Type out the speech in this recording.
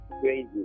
crazy